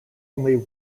only